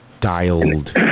dialed